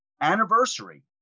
anniversary